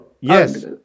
Yes